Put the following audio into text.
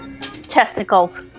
Testicles